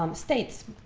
um states.